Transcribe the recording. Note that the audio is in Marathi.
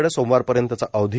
कड सोमवार पर्यंतचा अवधी